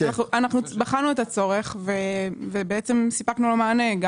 בחנו את הצורך, וסיפקנו לו מענה.